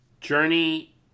Journey